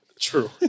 True